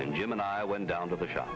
and jim and i went down to the shop